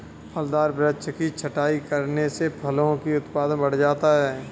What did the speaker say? फलदार वृक्ष की छटाई करने से फलों का उत्पादन बढ़ जाता है